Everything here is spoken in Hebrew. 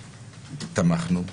תמכנו.